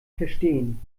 verstehen